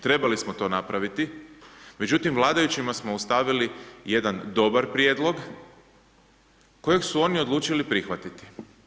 Trebali smo to napraviti, međutim, vladajućima smo ostavili jedan dobar prijedlog kojeg su oni odlučili prihvatiti.